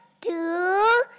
two